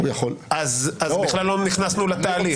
אז בכלל לא נכנסנו לתהליך.